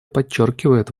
подчеркивает